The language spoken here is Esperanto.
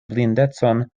blindecon